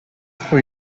for